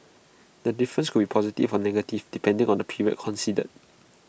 the difference could be positive or negative depending on the period considered